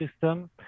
system